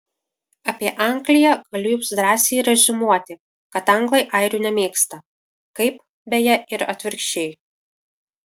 apie angliją galiu jums drąsiai reziumuoti kad anglai airių nemėgsta kaip beje ir atvirkščiai